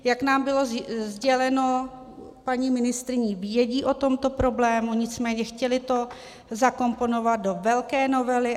Jak nám bylo sděleno paní ministryní, vědí o tomto problému, nicméně chtěli to zakomponovat do velké novely.